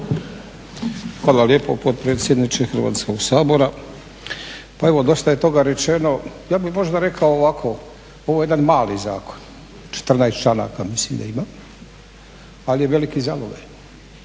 Hvala lijepo potpredsjedniče Hrvatskog sabora. Pa evo dosta je toga rečeno. Ja bih možda rekao ovako, ovo je jedan mali zakon 14.članaka mislim da ima ali je veliki zalogaj.